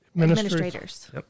administrators